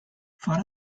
fora